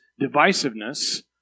divisiveness